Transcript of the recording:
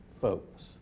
folks